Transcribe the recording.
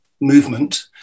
movement